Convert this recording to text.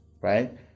right